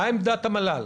מה עמדת המל"ל?